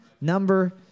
number